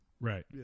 Right